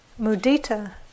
mudita